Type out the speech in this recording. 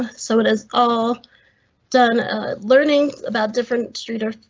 um so it is all done learning about different streeter,